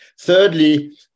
Thirdly